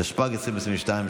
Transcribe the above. התשפ"ג 2022,